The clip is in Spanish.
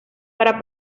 para